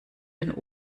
den